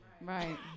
Right